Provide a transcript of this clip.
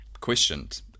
questioned